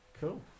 Cool